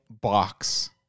box